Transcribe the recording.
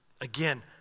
Again